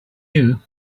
you